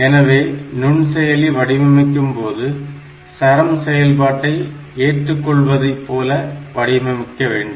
எனவே நுண்செயலி வடிவமைக்கும்போது சரம் செயல்பாடை ஏற்றுககொள்வதைப் போல் வடிவமைக்க வேண்டும்